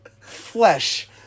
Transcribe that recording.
flesh